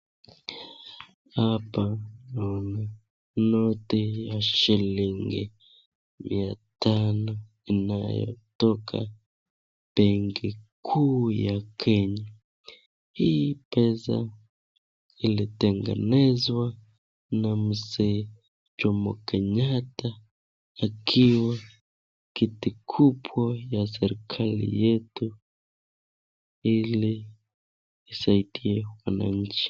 Hapa ni noti ya shilingi mia tano inayotoka Benki Kuu ya Kenya. Hii pesa ilitengenezwa na mzee Jomo Kenyatta akiwa kiti kubwa ya serikali yetu ili isaidie wananchi.